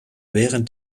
während